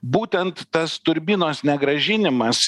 būtent tas turbinos negrąžinimas